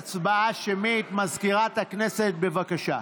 מזכירת הכנסת, בבקשה.